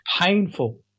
painful